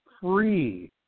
free